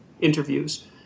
interviews